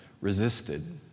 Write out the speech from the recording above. resisted